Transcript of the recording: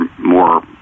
more